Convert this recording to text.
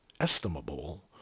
estimable